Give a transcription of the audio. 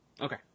Okay